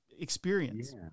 experience